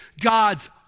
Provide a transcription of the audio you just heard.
God's